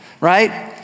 Right